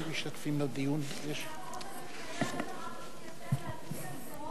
למה ראש הממשלה לא טרח להתייצב,